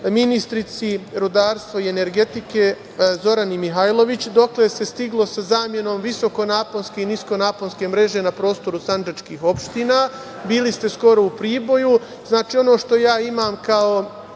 ministarki rudarstva i energetike Zorani Mihajlović – dokle se stiglo sa zamenom visokonaponske i niskonaponske mreže na prostoru sandžačkih opština? Bili ste skoro u Priboju. Ono što ja imam kao